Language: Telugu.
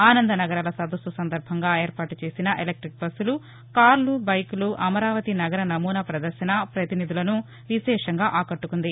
ఆనంద నగరాల సదస్సు సందర్బంగా ఏర్పాటు చేసిన ఎలక్టిక్ బస్సులు కార్లు బైక్లు అమరావతి నగర నమూనా పదర్శన ప్రతినిధులను విశేషంగా ఆకట్టకుంది